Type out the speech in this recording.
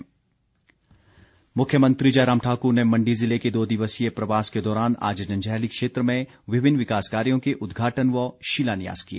जयराम मुख्यमंत्री जयराम ठाक्र ने मंडी जिले के दो दिवसीय प्रवास के दौरान आज जंजैहली क्षेत्र में विभिन्न विकास कार्यो के उद्घाटन व शिलान्यास किए